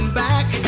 back